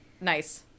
nice